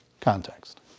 context